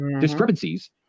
discrepancies